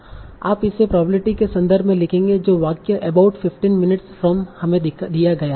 और आप इसे प्रोबेबिलिटी के संदर्भ में लिखेंगे जो वाक्य 'अबाउट 15 मिनट्स फ्रॉम' हमें दिया गया हैं